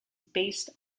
based